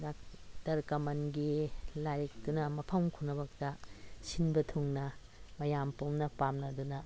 doctor ꯀꯃꯜꯒꯤ ꯂꯥꯏꯔꯤꯛꯇꯨꯅ ꯃꯐꯝ ꯈꯨꯅꯃꯛꯇ ꯁꯤꯟꯕ ꯊꯨꯡꯅ ꯃꯌꯥꯝ ꯄꯨꯝꯅ ꯄꯥꯝꯅꯗꯅ